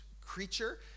creature